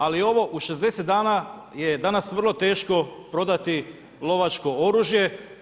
Ali ovo u 60 dana je danas vrlo teško prodati lovačko oružje.